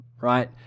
right